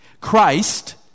Christ